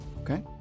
Okay